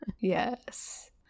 Yes